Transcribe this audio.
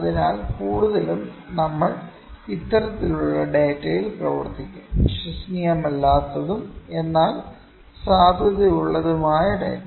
അതിനാൽ കൂടുതലും നമ്മൾ ഇത്തരത്തിലുള്ള ഡാറ്റയിൽ പ്രവർത്തിക്കും വിശ്വസനീയമല്ലാത്തതും എന്നാൽ സാധുതയുള്ളതുമായ ഡാറ്റ